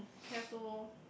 have to